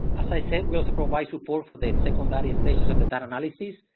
as i said, we also provide support for the secondary stages of the data analysis.